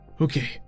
Okay